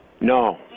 No